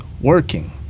working